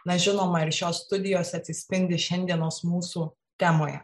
na žinoma ir šios studijos atsispindi šiandienos mūsų temoje